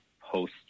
post